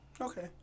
Okay